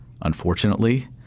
unfortunately